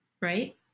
right